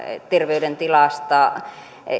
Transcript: terveydentilasta